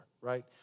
right